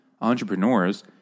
entrepreneurs